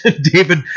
David